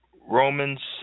Romans